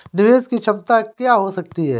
निवेश की क्षमता क्या हो सकती है?